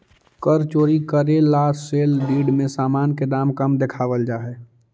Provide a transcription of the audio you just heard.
कर चोरी करे ला सेल डीड में सामान के दाम कम देखावल जा हई